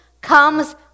comes